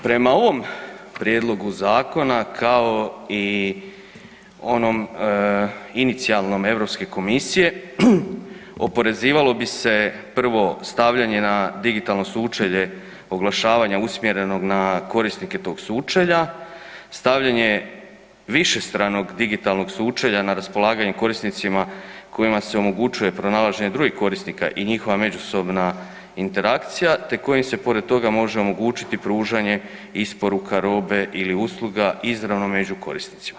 Prema ovom prijedlogu zakona, kao i onom inicijalnom Europske komisije oporezivalo bi se prvo stavljanje na digitalno sučelje oglašavanja usmjerenog na korisnike tog sučelja, stavljanje višestranog digitalnog sučelja na raspolaganje korisnicima kojima se omogućuje pronalaženje drugih korisnika i njihova međusobna interakcija, te kojim se pored toga može omogućiti pružanje i isporuka robe ili usluga izravno među korisnicama.